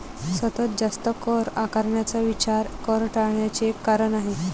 सतत जास्त कर आकारण्याचा विचार कर टाळण्याचे एक कारण आहे